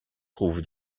trouve